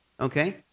Okay